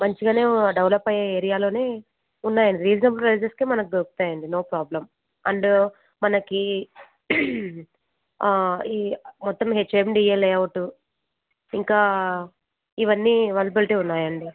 మంచిగనే డెవలప్ అయ్యే ఏరియాలోనే ఉన్నాయండి రీజనబుల్ ప్రైసెస్కే మనకి దొరుకుతాయండి నో ప్రాబ్లం అండ్ మనకి ఈ మొత్తం హెచ్ఎండిఎ లేఅవుట్ ఇంకా ఇవన్నీ అవైలబిలిటీ ఉన్నాయండి